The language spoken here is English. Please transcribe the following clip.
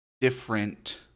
different